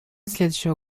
следующего